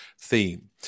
theme